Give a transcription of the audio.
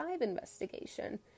investigation